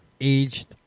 aged